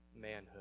manhood